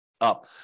up